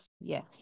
Yes